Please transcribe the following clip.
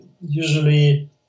usually